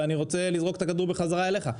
ואני רוצה לראות את הכדור בחזרה אליך.